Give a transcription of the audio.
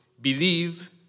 believe